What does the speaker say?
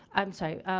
i'm sorry.